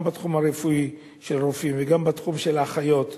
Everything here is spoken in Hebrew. גם בתחום של רופאים וגם בתחום של האחיות,